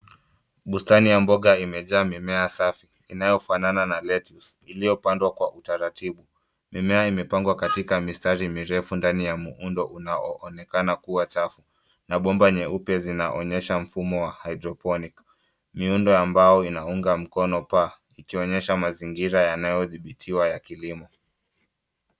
Bustani ya mboga imejaa mimea safi, inayofanana na lettuce, iliyopandwa kwa utaratibu, mimea imepangwa katika mistari mirefu ndani ya muundo unaoonekana kuwa chafu, na bomba nyeupe zinaonyesha mfumo wa hydroponic , miundo ya mbao inaunga mkono paa, ikionyesha mazingira yanayodhibitiwa ya kilimo.